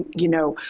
and you know,